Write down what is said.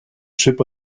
chip